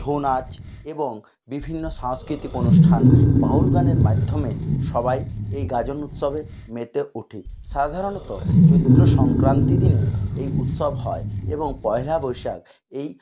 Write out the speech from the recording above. ছৌ নাচ এবং বিভিন্ন সংস্কৃতিক অনুষ্ঠান বাউল গানের মাধ্যমে সবাই এই গাজন উৎসবে মেতে উঠি সাধারণত চৈত্র সংক্রান্তি দিনে এই উৎসব হয় এবং পয়লা বৈশাখ এই